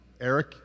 Eric